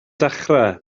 dechrau